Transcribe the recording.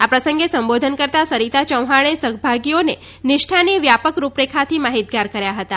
આ પ્રસંગે સંબોધન કરતા સરિતા ચૌહાણે સહભાગીઓને નિષ્ઠાની વ્યાપક રૂપરેખાથી માહિતગાર કર્યા હતા